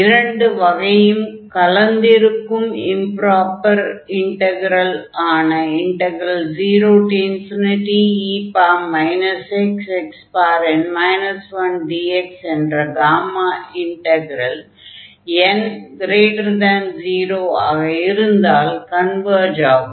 இரண்டு வகையும் கலந்திருக்கும் இம்ப்ராப்பர் இன்டக்ரலான 0e xxn 1dx என்ற காமா இன்டக்ரல் n0 ஆக இருந்தால் கன்வர்ஜ் ஆகும்